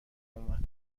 اومد